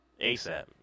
ASAP